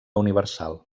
universal